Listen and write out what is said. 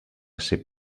ser